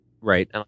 Right